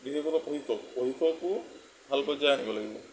বিশেষকৈ প্ৰশিক্ষক প্ৰশিক্ষকো ভাল পৰ্যায়ৰ আনিব লাগিব